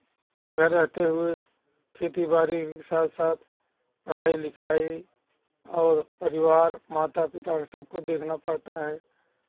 घर रहते हुए खेती बारी के साथ साथ पढ़ाई लिखाई और परिवार माता पिता सब को देखना पड़ता है